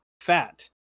fat